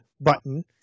button